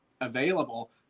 available